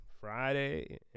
Friday